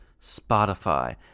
Spotify